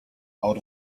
out